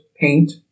paint